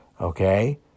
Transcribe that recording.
Okay